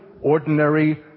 ordinary